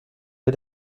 que